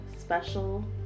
Special